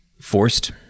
forced